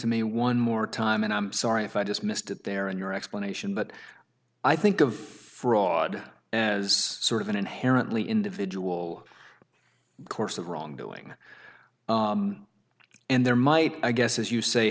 to me one more time and i'm sorry if i dismissed it there in your explanation but i think of fraud as sort of an inherently individual course of wrongdoing and there might i guess as you say